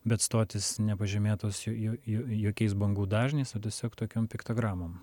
bet stotys nepažymėtos jo jo jo jokiais bangų dažniais o tiesiog tokiom piktogramom